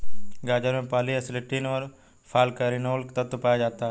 गाजर में polyacetylene व फालकैरिनोल तत्व पाया जाता है